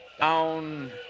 Down